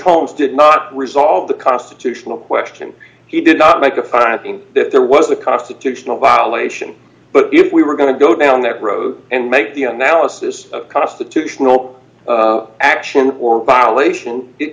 holmes did not resolve the constitutional question he did not make a finding that there was a constitutional violation but if we were going to go down that road and make the analysis of constitutional action or violation it